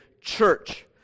church